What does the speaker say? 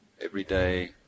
everyday